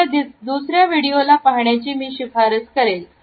या दुसऱ्या व्हिडिओ ला पाहण्याची मी शिफारस करेल